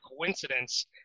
coincidence